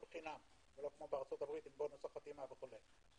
חינם ולא כמו בארצות הברית עם בונוס החתימה וכו'.